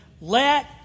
let